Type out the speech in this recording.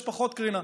יש פחות קרינה.